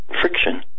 friction